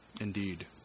Indeed